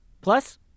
Plus